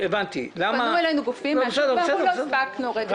פנו אלינו גופים מהשוק ואמרו: לא הספקנו.